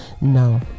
no